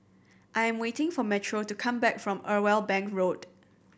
I am waiting for Metro to come back from Irwell Bank Road